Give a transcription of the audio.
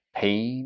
Pain